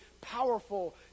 powerful